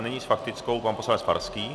Nyní s faktickou pan poslanec Farský.